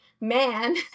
man